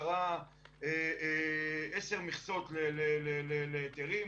עשר מכסות להיתרים,